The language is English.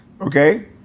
Okay